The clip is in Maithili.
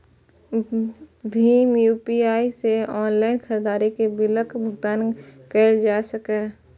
भीम यू.पी.आई सं ऑनलाइन खरीदारी के बिलक भुगतान कैल जा सकैए